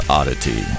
Oddity